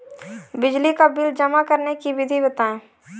बिजली का बिल जमा करने की विधि बताइए?